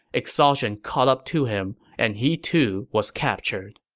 exhaustion caught up to him, and he, too, was captured